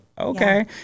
okay